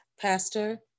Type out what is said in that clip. Pastor